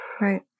Right